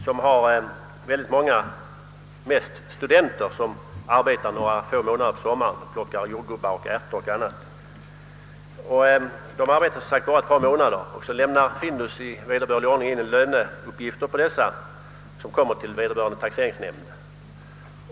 Vid denna industri arbetar många utlänningar, mest studenter, några månader på sommaren; de plockar jordgubbar, skördar ärtor etc. Findus lämnar i vederbörlig ordning in löneuppgifter för dessa arbetstagare till taxeringsnämnden.